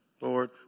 lord